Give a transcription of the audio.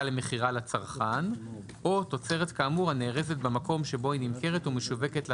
למכירה לצרכן או תוצרת כאמור הנארזת במקום שבו היא נמכרת ומשווקת לצרכן."